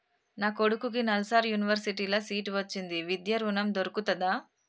నా కొడుకుకి నల్సార్ యూనివర్సిటీ ల సీట్ వచ్చింది విద్య ఋణం దొర్కుతదా?